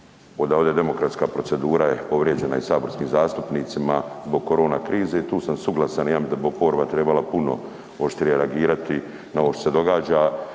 da ovdje demokratska procedura je povrijeđena i saborskim zastupnicima zbog korona krize i tu sam suglasan i mislim da bi oporba trebala puno oštrije reagirati na ovo šta se događa.